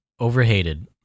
Overhated